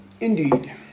Indeed